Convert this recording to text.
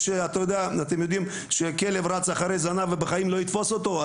אתם יודעים שכלב רץ אחרי זנב ובחיים לא יתפוס אותו,